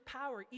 power